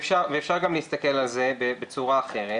ואפשר גם להסתכל על זה בצורה אחרת,